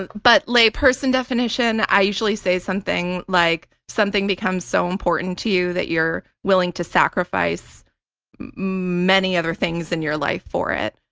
and but lay person definition, i usually say something like something becomes so important to you, that you're willing to sacrifice many other things in your life for it,